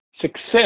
success